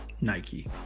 Nike